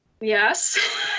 yes